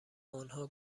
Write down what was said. آنها